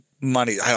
Money